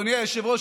אדוני היושב-ראש,